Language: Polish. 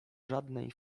żadnej